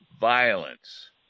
violence